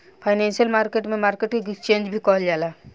financial market में market के exchange भी कहल जाला